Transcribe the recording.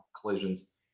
collisions